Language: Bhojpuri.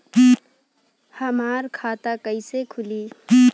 हमार खाता कईसे खुली?